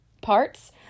parts